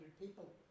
people